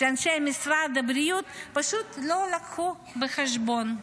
שאנשי משרד הבריאות פשוט לא לקחו בחשבון.